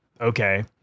okay